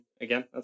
again